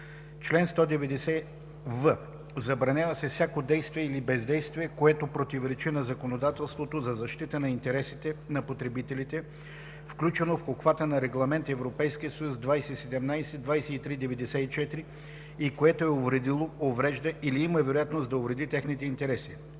Чл. 190в. Забранява се всяко действие или бездействие, което противоречи на законодателството за защита на интересите на потребителите, включено в обхвата на Регламент (ЕС) 2017/2394, и което е увредило, уврежда или има вероятност да увреди техните интереси.